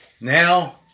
Now